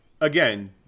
again